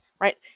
right